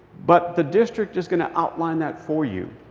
but the district is going to outline that for you.